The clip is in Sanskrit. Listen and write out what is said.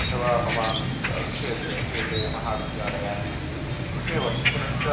अथवा मम क्षेत्रे एते महाविद्यालयाः सन्ति एवं पुनश्च